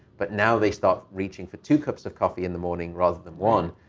but now they start reaching for two cups of coffee in the morning rather than one.